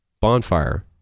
bonfire